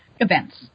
events